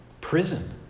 prison